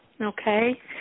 Okay